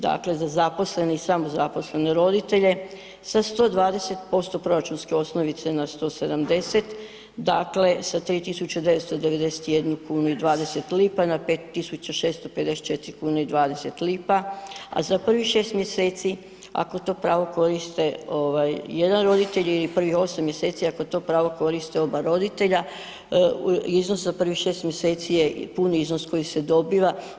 Dakle, za zaposlene i samozaposlene roditelje sa 102% proračunske osnovice na 170, dakle sa 3.991,20 kunu na 5.654,20 kuna, a za prvih 6 mjeseci ako to pravo koriste ovaj jedan roditelj ili prvih 8 mjeseci ako to pravo koriste oba roditelja iznos za prvih 6 mjeseci je puni iznos koji se dobiva.